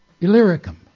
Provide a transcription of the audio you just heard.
Illyricum